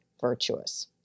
virtuous